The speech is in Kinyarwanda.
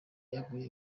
yaguye